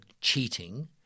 cheating